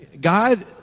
God